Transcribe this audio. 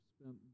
spent